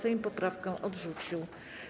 Sejm poprawkę odrzucił.